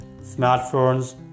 smartphones